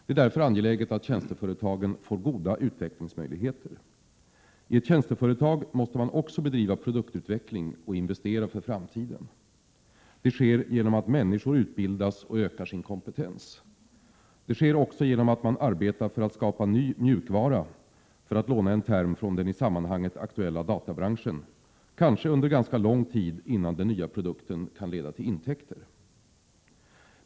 Det är därför angeläget att tjänsteföretagen får goda utvecklingsmöjligheter. I ett tjänsteföretag måste man också bedriva produktutveckling och investera för framtiden. Det sker genom att människor utbildas och ökar sin kompetens. Det sker också genom att man arbetar för att skapa en ny mjukvara — för att låna en term från den i sammanhanget aktuella databranschen — kanske under ganska lång tid innan den nya produkten kan leda till intäkter.